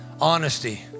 Honesty